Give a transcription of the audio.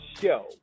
show